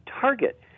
Target